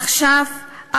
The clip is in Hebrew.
עכשיו,